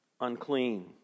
unclean